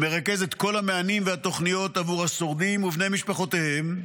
המרכז את כל המענים והתוכניות עבור השורדים ובני משפחותיהם,